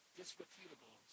disreputable